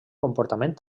comportament